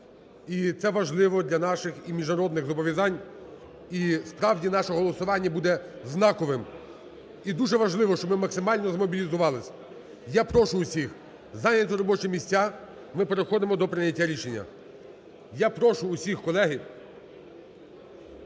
і це важливо для наших і міжнародних зобов'язань, і, справді, наше голосування буде знаковим, і дуже важливо, щоб ми максимально змобілізувались. Я прошу усіх зайняти робочі місця, ми переходимо до прийняття рішення. Я прошу усіх, колеги,